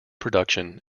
production